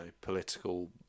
political